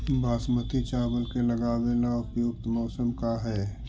बासमती चावल के लगावे ला उपयुक्त मौसम का है?